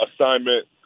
assignment